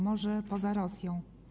Może poza Rosją.